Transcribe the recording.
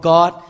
God